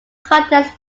contest